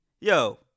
Yo